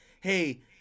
hey